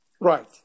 right